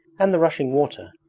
and the rushing water,